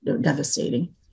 devastating